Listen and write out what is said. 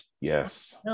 Yes